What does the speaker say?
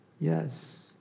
yes